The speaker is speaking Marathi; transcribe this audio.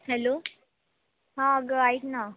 हॅलो हां अगं ऐक ना